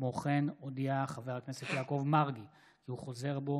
כמו כן הודיע חבר הכנסת יעקב מרגי כי הוא חוזר בו